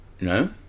No